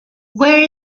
where